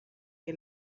que